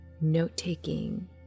note-taking